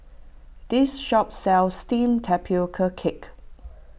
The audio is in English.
this shop sells Steamed Tapioca Cake